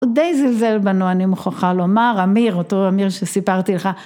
הוא די זלזל בנו, אני מוכרחה לומר, אמיר, אותו אמיר שסיפרתי לך.